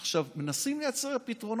עכשיו, מנסים לייצר פתרונות.